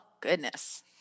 goodness